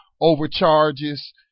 overcharges